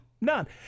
None